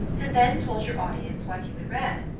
and then told your audience what you had read.